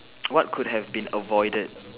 what could have been avoided